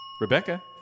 Rebecca